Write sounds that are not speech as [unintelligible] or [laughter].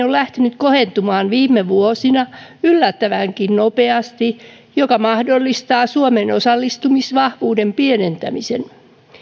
[unintelligible] on lähtenyt kohentumaan viime vuosina yllättävänkin nopeasti mikä mahdollistaa suomen osallistumisvahvuuden pienentämisen